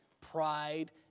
pride